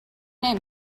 name